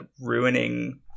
ruining